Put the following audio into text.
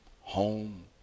home